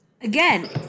Again